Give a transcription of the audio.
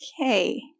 Okay